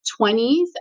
20s